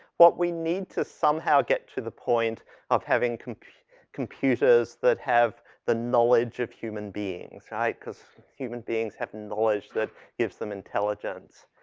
what we need to somehow get to the point of having compu computers that have the knowledge of human beings, right? because human beings have knowledge that gives them intelligence.